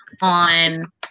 on